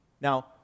Now